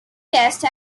test